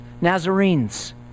Nazarenes